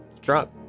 drunk